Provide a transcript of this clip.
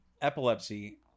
Epilepsy